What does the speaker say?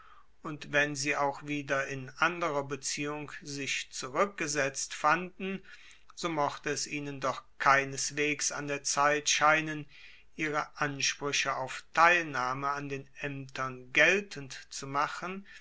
und wenn sie auch wieder in anderer beziehung sich zurueckgesetzt fanden so mochte es ihnen doch keineswegs an der zeit scheinen ihre ansprueche auf teilnahme an den aemtern geltend zu machen